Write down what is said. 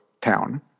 town